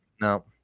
no